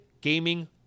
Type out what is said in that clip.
gaming